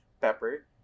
pepper